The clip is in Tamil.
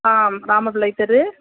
ஆ ராமப்பிள்ளை தெரு